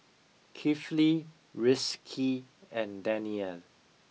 Kifli Rizqi and Danial